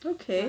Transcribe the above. okay